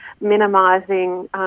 minimising